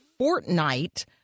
Fortnite